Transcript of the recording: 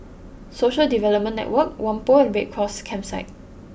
Social Development Network Whampoa and Red Cross Campsite